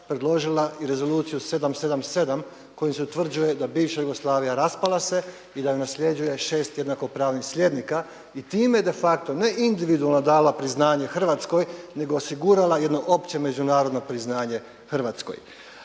predložila i Rezoluciju 777 kojom se utvrđuje da bivša Jugoslavija raspala se i da ju nasljeđuje šest jednakopravnih sljednika i time de facto ne individualno dala priznanje Hrvatskoj nego osigurala jedno opće međunarodno priznanje Hrvatskoj.